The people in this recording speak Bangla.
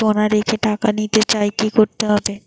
সোনা রেখে টাকা নিতে চাই কি করতে হবে?